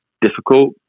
difficult